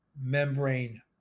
membrane